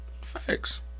Facts